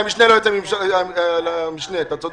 על המשנה, אתה צודק.